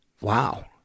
Wow